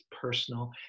personal